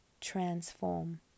transform